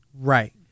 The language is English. Right